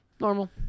normal